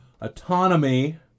autonomy